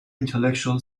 intellectual